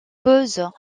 posent